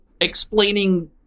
explaining